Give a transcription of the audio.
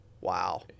Wow